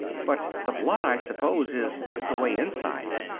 but the blood, i suppose, is tucked away inside.